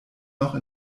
noch